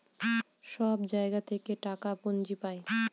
সব জায়গা থেকে টাকার পুঁজি পাই